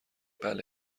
بله